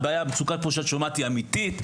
המצוקה שאת שומעת כאן היא אמיתית.